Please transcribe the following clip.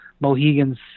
mohegan's